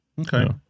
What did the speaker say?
Okay